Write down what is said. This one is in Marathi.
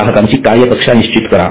ग्राहकाची कार्यकक्षा निश्चित करा